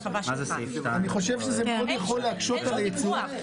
אני חושב שזה יכול להקשות על הייצוא.